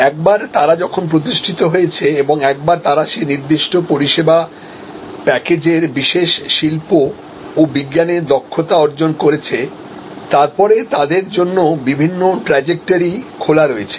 একবার তারা যখন প্রতিষ্ঠিতহয়েছে এবং একবার তারা সেই নির্দিষ্ট পরিষেবা প্যাকেজের বিশেষ শিল্প ওবিজ্ঞানে দক্ষতা অর্জন করেছে তারপরে তাদের জন্য বিভিন্ন ট্র্যাজেক্টরিগুলি খোলা রয়েছে